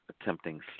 attempting